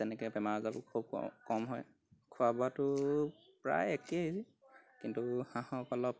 তেনেকৈ বেমাৰ আজাৰো খুব ক কম হয় খোৱা বোৱাটো প্ৰায় একেই কিন্তু হাঁহক অলপ